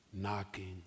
knocking